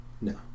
No